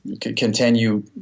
continue